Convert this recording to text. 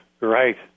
Right